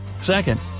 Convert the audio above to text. Second